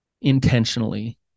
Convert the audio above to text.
intentionally